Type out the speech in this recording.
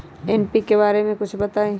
NPK बारे म कुछ बताई?